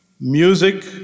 music